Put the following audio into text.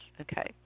okay